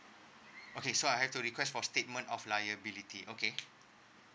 okay so I've to request for statement of liability okay